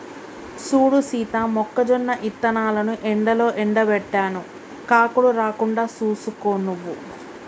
సూడు సీత మొక్కజొన్న ఇత్తనాలను ఎండలో ఎండబెట్టాను కాకులు రాకుండా సూసుకో నువ్వు